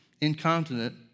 incontinent